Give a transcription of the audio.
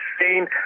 seen